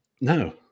No